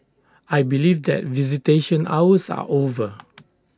I believe that visitation hours are over